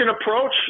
approach